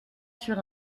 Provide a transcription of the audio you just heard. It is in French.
sur